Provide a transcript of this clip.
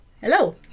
Hello